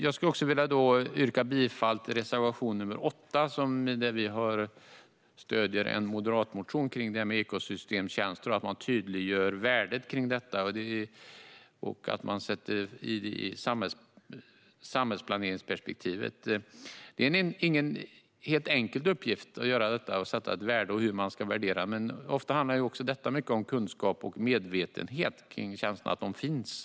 Jag yrkar bifall till reservation 8, där vi stöder en moderatmotion om ekosystemtjänster. Man måste tydliggöra värdet av dem och sätta dem i ett samhällsplaneringsperspektiv. Det är inte en helt enkel uppgift hur man ska värdera och sätta ett värde. Men ofta handlar detta också mycket om kunskap och medvetenhet kring känslan av att de finns.